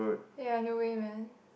ya no way man